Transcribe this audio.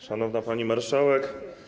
Szanowna Pani Marszałek!